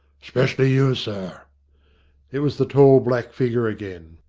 specially you, sir it was the tall black figure again.